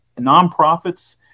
nonprofits